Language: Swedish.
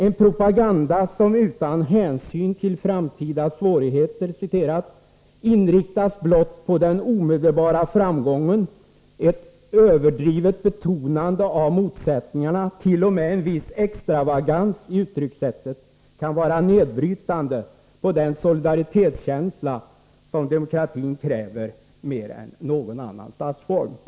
En propaganda som utan hänsyn till framtida svårigheter ”inriktas blott på den omedelbara framgången, ett överdrivet betonande av motsättningarna, till och med en viss extravagans i uttryckssättet, kan vara nedbrytande på den solidaritetskänsla, som demokratin kräver mer än någon annan statsform”.